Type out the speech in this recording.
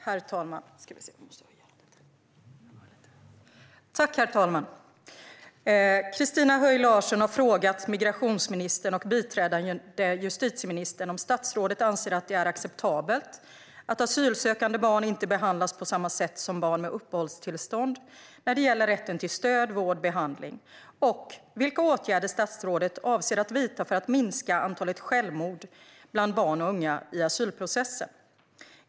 Herr talman! Christina Höj Larsen har frågat migrationsministern och biträdande justitieministern om statsrådet anser att det är acceptabelt att asylsökande barn inte behandlas på samma sätt som barn med uppehållstillstånd när det gäller rätten till stöd, vård och behandling samt vilka åtgärder statsrådet avser att vidta för att minska antalet självmord bland barn och unga i asylprocessen.